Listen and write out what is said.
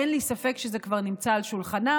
אין לי ספק שזה כבר נמצא על שולחנם,